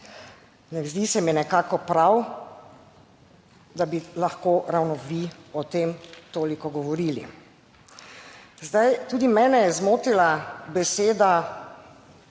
Ne zdi se mi nekako prav, da bi lahko ravno vi o tem toliko govorili. Zdaj, tudi mene je zmotila beseda,